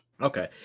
Okay